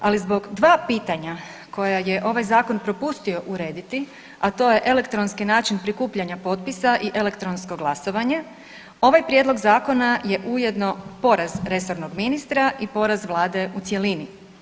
Ali zbog dva pitanja koja je ovaj zakon propustio urediti, a to je elektronski način prikupljanja potpisa i elektronsko glasovanje, ovaj prijedlog zakona je ujedno poraz resornog ministra i poraz vlade u cjelini.